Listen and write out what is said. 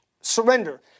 Surrender